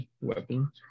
weapon